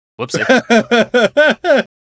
whoopsie